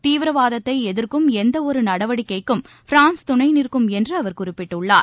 தீவிரவாதத்தை எதிர்க்கும் எந்த ஒரு நடவடிக்கைக்கும் பிரான்ஸ் துணை நிற்கும் என்று அவர் குறிப்பிட்டுள்ளார்